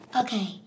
Okay